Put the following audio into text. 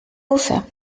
usa